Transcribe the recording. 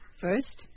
First